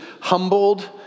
humbled